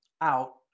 out